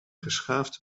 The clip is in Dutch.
geschaafd